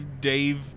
dave